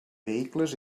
vehicles